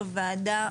בוועדה,